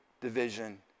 division